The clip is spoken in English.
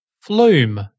Flume